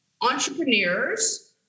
entrepreneurs